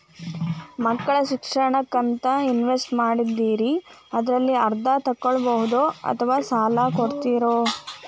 ಮಕ್ಕಳ ಶಿಕ್ಷಣಕ್ಕಂತ ಇನ್ವೆಸ್ಟ್ ಮಾಡಿದ್ದಿರಿ ಅದರಲ್ಲಿ ಅರ್ಧ ತೊಗೋಬಹುದೊ ಅಥವಾ ಸಾಲ ಕೊಡ್ತೇರೊ?